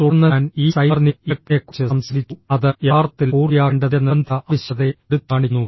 തുടർന്ന് ഞാൻ ഈ സൈഗാർനിക് ഇഫക്റ്റിനെക്കുറിച്ച് സംസാരിച്ചു അത് യഥാർത്ഥത്തിൽ പൂർത്തിയാക്കേണ്ടതിന്റെ നിർബന്ധിത ആവശ്യകതയെ എടുത്തുകാണിക്കുന്നു